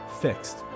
Fixed